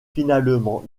finalement